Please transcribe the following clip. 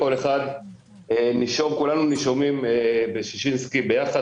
כולנו נישומים בששינסקי ביחד,